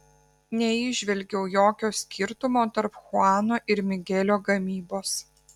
neįžvelgiau jokio skirtumo tarp chuano ir migelio gamybos